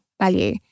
value